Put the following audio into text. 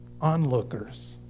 onlookers